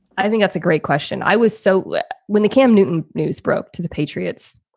i think it's a great question. i was so when the cam newton news broke to the patriots.